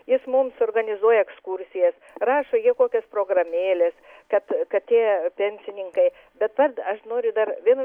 jis mums organizuoja ekskursijas rašo kokias programėles kad kad tie pensininkai bet vat aš noriu dar vienu